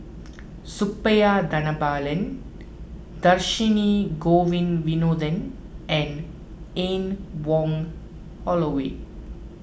Suppiah Dhanabalan Dhershini Govin Winodan and Anne Wong Holloway